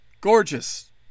gorgeous